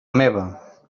meva